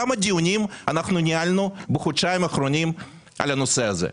כמה דיונים אנחנו ניהלנו בחודשיים האחרונים על הנושא הזה?